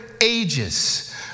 ages